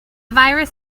virus